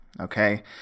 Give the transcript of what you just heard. okay